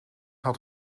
had